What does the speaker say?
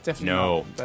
No